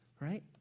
Right